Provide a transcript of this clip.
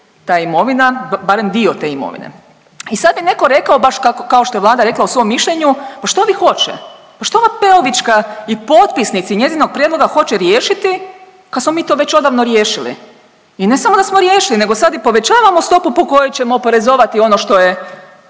ta imovina, barem dio te imovine. I sad bi neko rekao, baš kao što je Vlada rekla u svom mišljenju, pa što ovi hoće, pa šta ova Peovićka i potpisnici njezinog prijedloga hoće riješiti kad smo mi to već odavno riješili i ne samo da smo riješili nego sad i povećavamo stopu po kojoj ćemo oporezovati ono što je